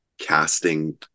casting